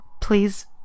please